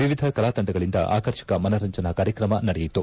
ವಿವಿಧ ಕಲಾತಂಡಗಳಿಂದ ಆಕರ್ಷಕ ಮನರಂಜನಾ ಕಾರ್ಯಕ್ರಮ ಜರುಗಿತು